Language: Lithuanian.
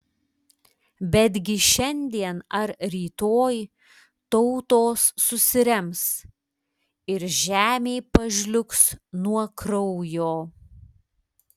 betgi šiandien ar rytoj tautos susirems ir žemė pažliugs nuo kraujo